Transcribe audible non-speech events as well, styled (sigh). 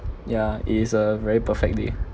ya is a very perfect day (breath)